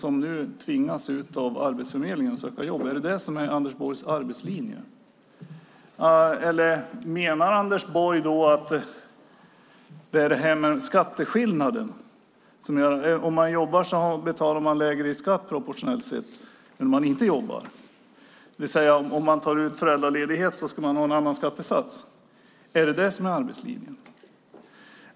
Nu tvingas hon ut av Arbetsförmedlingen för att söka jobb. Är det Anders Borgs arbetslinje? Eller handlar det enligt Anders Borg om skatteskillnaden, att om man jobbar betalar man proportionellt mindre i skatt än om man inte jobbar? Om man tar ut föräldraledighet ska man ha en annan skattesats, är det arbetslinjen?